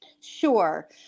Sure